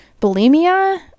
bulimia